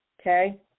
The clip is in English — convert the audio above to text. Okay